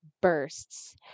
bursts